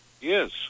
Yes